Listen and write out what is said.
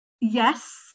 yes